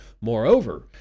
Moreover